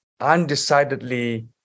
undecidedly